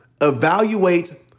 evaluate